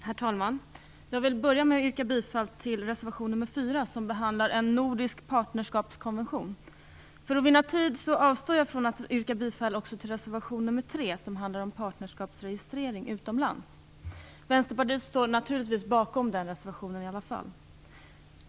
Herr talman! Jag vill börja med att yrka bifall till reservation nr. 4 som behandlar en nordisk partnerskapskonvention. För att vinna tid avstår jag från att yrka bifall till reservation nr. 3 som handlar om partnerskapsregistrering utomlands. Vänsterpartiet står naturligtvis bakom den ändå.